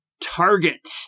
target